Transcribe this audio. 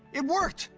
it worked!